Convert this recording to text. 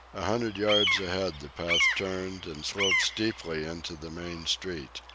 a hundred yards ahead the path turned and sloped steeply into the main street.